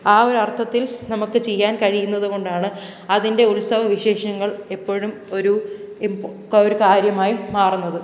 ആ ഒരു അര്ത്ഥത്തില് നമുക്ക് ചെയ്യാന് കഴിയുന്നത് കൊണ്ടാണ് അതിന്റെ ഉത്സവ വിശേഷങ്ങള് എപ്പോഴും ഒരു ഇംപ് ഒരു കാര്യമായി മാറുന്നത്